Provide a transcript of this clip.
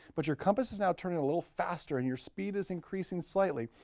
but your compass is now turning a little faster and your speed is increasing slightly.